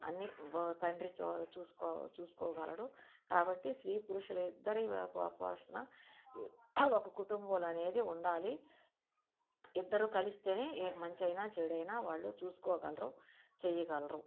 అన్ని తండ్రి చు చు చూసూకోగలడు కాబట్టి స్త్రీ పురుషులు ఇద్దరి పోషణ ఒక కుటుంబంలో అనేది ఉండాలి ఇద్దరు కలిస్తేనే మంచి అయినా చెడు అయినా వాళ్ళు చూసుకోగలరు చెయ్యగలరు